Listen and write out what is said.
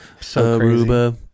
Aruba